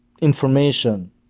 information